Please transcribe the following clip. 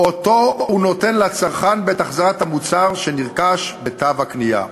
שהוא נותן לצרכן בעת החזרת המוצר שנרכש בתו הקנייה,